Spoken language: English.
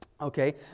Okay